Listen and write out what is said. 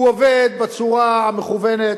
הוא עובד בצורה המכוונת.